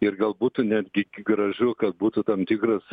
ir gal būtų netgi gražu kad būtų tam tikras